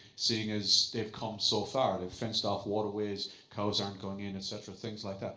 seeing as they've come so far. they've fenced off waterways, cows aren't going in, et cetera things like that.